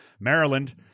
Maryland